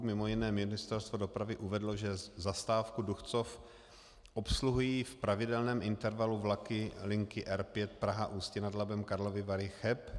Mimo jiné Ministerstvo dopravy uvedlo, že zastávku Duchcov obsluhují v pravidelném intervalu vlaky linky R5 Praha Ústí nad Labem Karlovy Vary Cheb.